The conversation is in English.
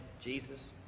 Jesus